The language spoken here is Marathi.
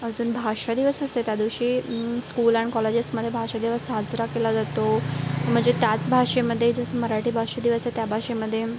अजून भाषा दिवस असते त्यादिवशी स्कूल अँड कॉलेजेसमध्ये भाषा दिवस साजरा केला जातो म्हणजे त्याच भाषेमध्ये जसं मराठी भाषा दिवस आहे त्या भाषेमध्ये